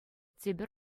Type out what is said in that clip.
тепӗр